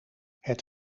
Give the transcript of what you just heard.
het